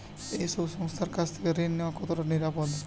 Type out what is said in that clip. এই সব সংস্থার কাছ থেকে ঋণ নেওয়া কতটা নিরাপদ?